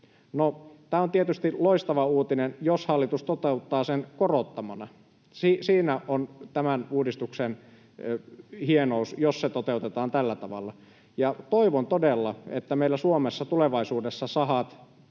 tämä on tietysti loistava uutinen, jos hallitus toteuttaa sen korottomana. Siinä on tämän uudistuksen hienous, jos se toteutetaan tällä tavalla. Toivon todella, että meillä Suomessa tulevaisuudessa sahat,